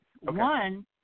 One